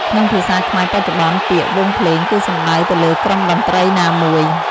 ក្នុងភាសាខ្មែរបច្ចុប្បន្ន ពាក្យ "វង់ភ្លេង" គឺសំដៅទៅលើក្រុមតន្ត្រីណាមួយ។